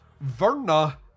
Verna